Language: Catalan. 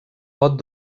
pot